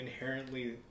inherently